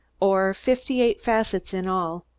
or fifty-eight facets in all.